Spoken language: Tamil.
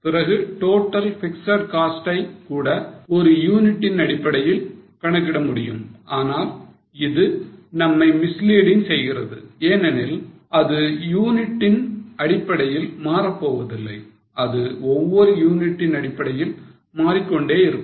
பிறகு total fixed costs ஐ கூட ஒரு யூனிட்டின் அடிப்படையில் கணக்கிட முடியும் ஆனால் இது நம்மை misleading செய்கிறது ஏனெனில் அது யூனிட்டின் அடிப்படையில் மாறப்போவதில்லை அது ஒவ்வொரு யூனிட்டின் அடிப்படையில் மாறிக்கொண்டே இருக்கும்